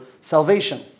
salvation